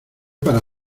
para